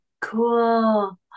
cool